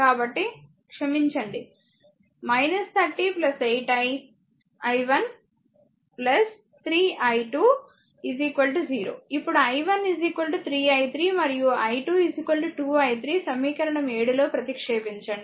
కాబట్టి క్షమించండి 30 8 i 1 3 i2 0 ఇప్పుడు i 1 3 i 3 మరియు i2 2 i 3 సమీకరణం 7 లో ప్రతిక్షేపించండి